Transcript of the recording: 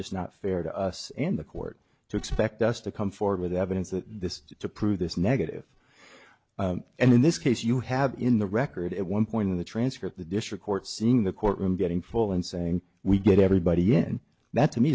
just not fair to us and the court to expect us to come forward with evidence that this to prove this negative and in this case you have in the record at one point in the transcript the district court seeing the courtroom getting full and saying we get everybody in that to me